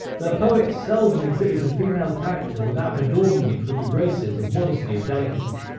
their poets seldom exhibit a female character without adorning it with the graces of modesty and delicacy.